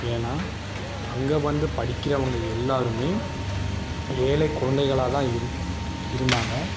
ஏனால் அங்கே வந்து படிக்கிறவங்க எல்லாருமே ஏழை குழந்தைகளாக தான் இருக் இருந்தாங்க